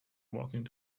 walking